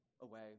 away